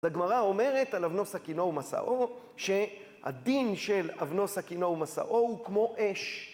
הגמרא אומרת על אבנו סכינו ומשאו שהדין של אבנו סכינו ומשאו הוא כמו אש.